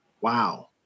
Wow